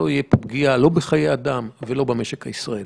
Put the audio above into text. תהיה פגיעה בחיי אדם או פגיעה במשק הישראלי.